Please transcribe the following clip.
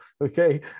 okay